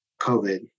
COVID